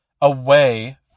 away